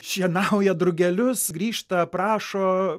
šienauja drugelius grįžta aprašo